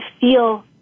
feel